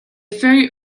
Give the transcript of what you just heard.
feuilles